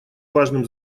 важном